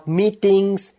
meetings